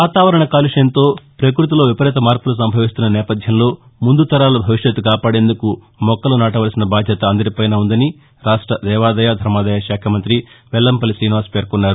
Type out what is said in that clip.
వాతావరణ కాలుష్టంతో పక్బతిలో విపరీత మార్పులు సంభవిస్తున్న నేవథ్యంలో ముందు తరాల భవిష్యత్తు కాపాడేందుకు మొక్కలు నాటవలసిన భాద్యత అందరిపైన ఉందని రాష్ట దేవాదాయ ధర్మాదాయ శాఖామంతి వెల్లంపల్లి రీనివాస్ పేర్కొన్నారు